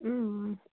اۭں اۭں